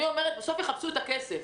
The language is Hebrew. אני אומרת: בסוף יחפשו את הכסף.